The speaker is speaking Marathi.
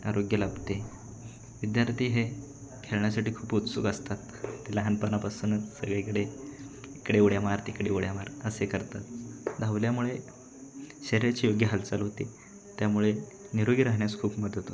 आरोग्य लाभते विद्यार्थी हे खेळण्यासाठी खूप उत्सुक असतात ते लहानपणापासूनच सगळीकडे इकडे उड्या मार तिकडे उड्या मार असे करतात धावल्यामुळे शरीराची योग्य हालचाल होते त्यामुळे निरोगी राहण्यास खूप मदत होतो